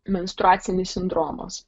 menstruacinis sindromas